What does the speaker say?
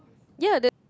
ya the